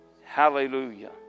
Hallelujah